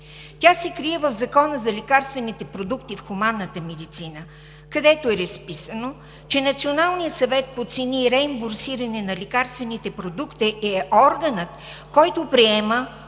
Тя се крие в Закона за лекарствените продукти в хуманната медицина. Там е разписано, че Националният съвет по цени и реимбурсиране на лекарствените продукти е органът, който приема,